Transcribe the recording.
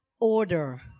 order